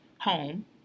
home